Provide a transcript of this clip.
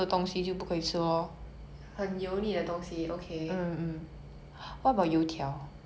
um if you eat like maybe two sticks I think it's still fine cause it's bread based